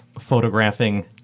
photographing